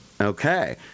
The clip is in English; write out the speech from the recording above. Okay